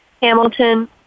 Hamilton